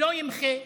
שלא ימחה.